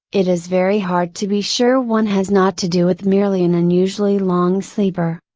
it is very hard to be sure one has not to do with merely an unusually long sleeper.